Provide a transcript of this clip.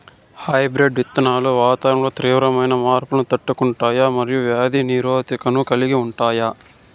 hybrid విత్తనాలు వాతావరణంలో తీవ్రమైన మార్పులను తట్టుకుంటాయి మరియు వ్యాధి నిరోధకతను కలిగి ఉంటాయి